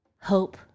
hope